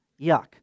Yuck